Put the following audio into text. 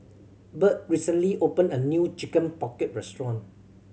Burt recently opened a new Chicken Pocket restaurant